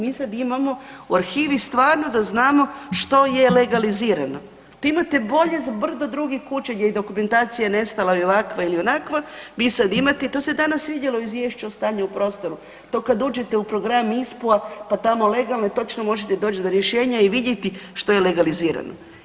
Mi sad imamo u arhivi stvarno da znamo što je legalizirano to imate bolje za brdo drugih kuća gdje je dokumentacija nestala ili ovakva ili onakva, vi sad imate i to se danas vidjelo u izvješću o stanju o prostoru, to kad uđete u program …/nerazumljivo/… pa tamo legalno i točno možete doći do rješenja i vidjeti što je legalizirano.